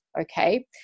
Okay